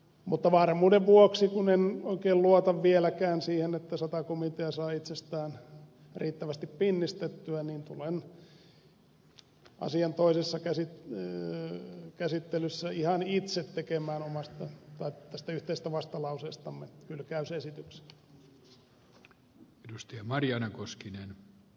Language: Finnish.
mutta varmuuden vuoksi kun en oikein luota vieläkään siihen että sata komitea saa itsestään riittävästi pinnistettyä niin tulen asian toisessa käsittelyssä ihan itse tekemään tästä yhteisestä vastalauseestamme hylkäysesityksen